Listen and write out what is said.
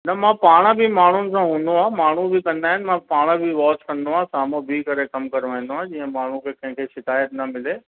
न मां पाण बि माण्हुनि सां हूंदो आहे माण्हू बि कंदा आहिनि मां पाण बि वॉच कंदो आहियां साम्हूं बीह करे कमु कराईंदो आहे जीअं माण्हुनि खे कंहिंखें शिकायत न मिले